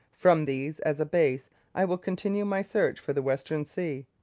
from these as a base i will continue my search for the western sea.